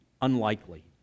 unlikely